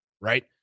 right